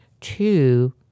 two